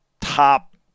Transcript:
top